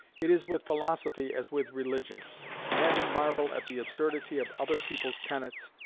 it is with philosophy as with religion men marvel at the absurdity of other people's tenets,